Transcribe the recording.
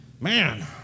Man